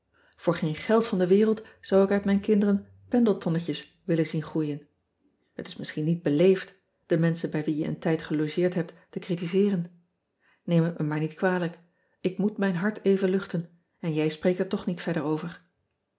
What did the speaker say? oor geen geld van de wereld zou ik uit mijn kinderen endletonnetjes willen zien groeien et is misschien niet beleefd de menschen bij wie je een tijd gelogeerd hebt te critiseeren eem het me maar niet kwalijk ik moet mijn hart even luchten en jij spreekt er toch niet verder over